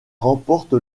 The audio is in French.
remporte